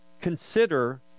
consider